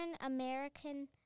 American